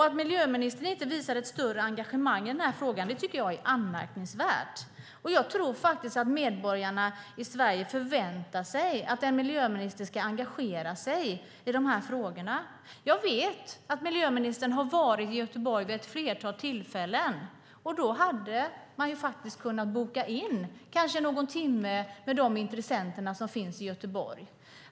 Att miljöministern inte visar större engagemang i frågan tycker jag är anmärkningsvärt. Jag tror faktiskt att medborgarna i Sverige förväntar sig att en miljöminister ska engagera sig i de här frågorna. Jag vet att miljöministern har varit i Göteborg vid ett flertal tillfällen. Då hade man kunnat boka in någon timme med de intressenter som finns i Göteborg.